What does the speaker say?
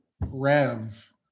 Rev